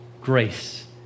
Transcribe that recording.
grace